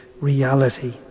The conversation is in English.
reality